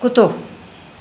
कुतो